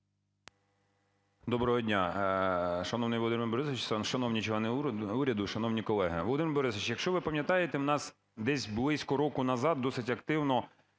Доброго дня, шановний Володимир Борисович, шановні члени уряду і шановні колеги! Володимир Борисович, якщо ви пам'ятаєте, в нас десь близько року назад досить активно